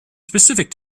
specific